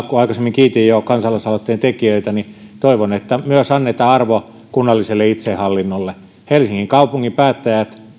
kun aikaisemmin kiitin jo kansalaisaloitteen tekijöitä samalla toivon että myös annetaan arvo kunnalliselle itsehallinnolle helsingin kaupungin päättäjät